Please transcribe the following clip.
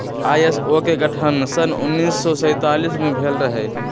ISO के गठन सन उन्नीस सौ सैंतालीस में भेल रहै